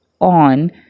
on